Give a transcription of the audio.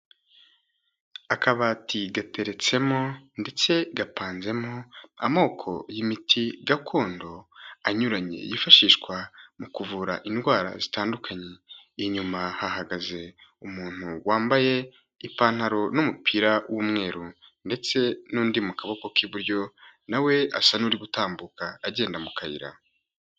Akabati gateretsemo ndetse gapanzemo amoko y'imiti gakondo anyuranye yifashishwa mu kuvura indwara zitandukanye. Inyuma hahagaze umuntu wambaye ipantaro n'umupira w'umweru ndetse n'undi mu kaboko k'iburyo nawe asa n'uri gutambuka agenda mu kayira.